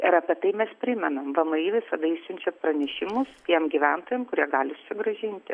ir apie tai mes primenam vmi visada išsiunčia pranešimus tiem gyventojam kurie gali sugrąžinti